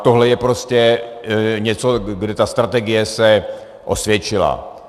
Tohle je prostě něco, kdy ta strategie se osvědčila.